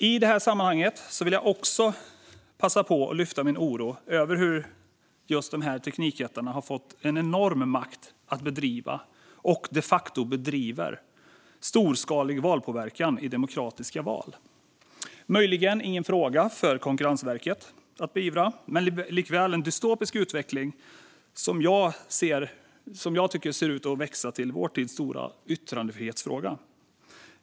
I sammanhanget vill jag också passa på att lyfta min oro över hur just de här teknikjättarna har fått en enorm makt att bedriva, och de facto bedriver, storskalig valpåverkan i demokratiska val. Det är möjligen ingen fråga för Konkurrensverket att beivra men likväl en dystopisk utveckling som jag tycker ser ut att växa till vår tids stora yttrandefrihetsfråga.